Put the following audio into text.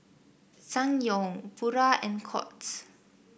Ssangyong Pura and Courts